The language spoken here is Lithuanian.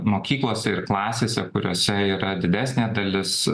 mokyklose ir klasėse kuriose yra didesnė dalis